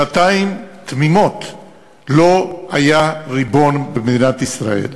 שנתיים תמימות לא היה ריבון במדינת ישראל.